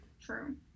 True